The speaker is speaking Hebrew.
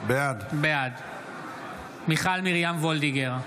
בעד מיכל מרים וולדיגר,